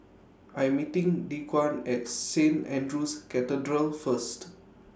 I'm meeting Dequan At Saint Andrew's Cathedral First